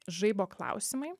žaibo klausimai